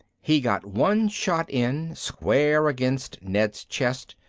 he got one shot in, square against ned's chest,